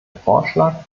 vorschlag